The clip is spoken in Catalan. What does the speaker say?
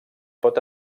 pot